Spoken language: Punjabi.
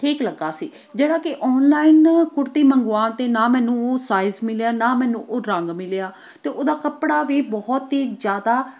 ਠੀਕ ਲੱਗਾ ਸੀ ਜਿਹੜਾ ਕਿ ਓਨਲਾਈਨ ਕੁੜਤੀ ਮੰਗਵਾ ਕੇ ਨਾ ਮੈਨੂੰ ਉਹ ਸਾਈਜ਼ ਮਿਲਿਆ ਨਾ ਮੈਨੂੰ ਉਹ ਰੰਗ ਮਿਲਿਆ ਅਤੇ ਉਹਦਾ ਕੱਪੜਾ ਵੀ ਬਹੁਤ ਹੀ ਜ਼ਿਆਦਾ